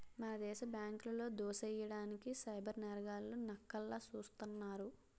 మన దేశ బ్యాంకులో దోసెయ్యడానికి సైబర్ నేరగాళ్లు నక్కల్లా సూస్తున్నారు